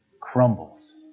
crumbles